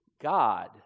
God